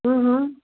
हम्म हम्म